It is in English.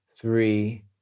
three